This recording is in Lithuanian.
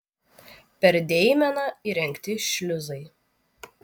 per deimeną įrengti šliuzai